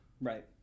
Right